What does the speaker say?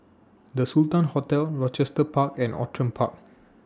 The Sultan Hotel Rochester Park and Outram Park